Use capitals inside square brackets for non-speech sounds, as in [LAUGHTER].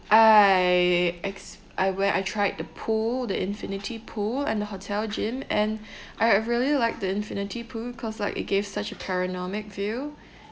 I ex~ I when I tried the pool the infinity pool and the hotel gym and [BREATH] I really liked the infinity pool cause like it gave such a panoramic view [BREATH]